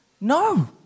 No